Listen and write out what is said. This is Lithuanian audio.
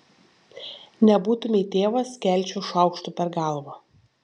nebūtumei tėvas skelčiau šaukštu per galvą